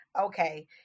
Okay